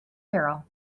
barrel